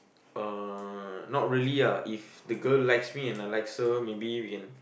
uh not really ah if the girl likes me and I likes her maybe we can